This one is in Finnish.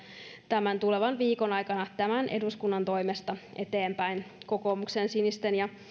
tämän tulevan viikon aikana tämän eduskunnan toimesta eteenpäin kokoomuksen sinisten ja